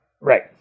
Right